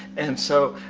and so,